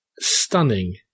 stunning